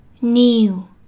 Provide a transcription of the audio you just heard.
New